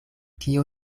kio